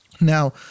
Now